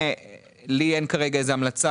לי אין כרגע איזו המלצה.